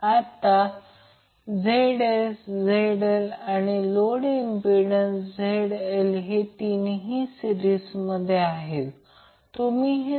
परंतु या टप्प्यावर समजून घेण्यासाठी असे गृहीत धरा की जर हे 0 असेल तर त्याचप्रमाणे बॅलन्स व्होल्टेज सोर्ससाठी आपण Van Vbn Vcn 0 असे म्हणू